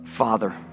Father